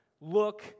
Look